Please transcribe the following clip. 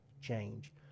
change